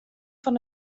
fan